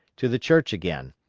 to the church again.